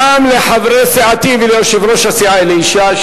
גם לחברי סיעתי וליושב-ראש הסיעה אלי ישי,